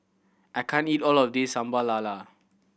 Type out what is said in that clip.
I can't eat all of this Sambal Lala